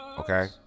Okay